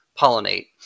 pollinate